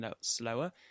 slower